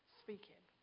speaking